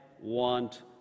want